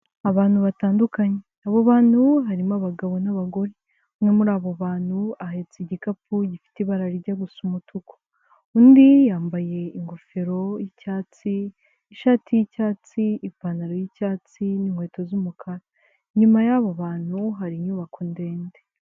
Abantu batandukanye abo bantu harimo abagabo n'abagore umwe muri abo bantu ahetse igikapu gifite ibarajya gusa umutuku, undi yambaye ingofero y'icyatsi, ishati y'icyatsi, ipantaro y'icyatsi n'inkweto z'umukara, inyuma y'abo bantu hari inyubako ndende.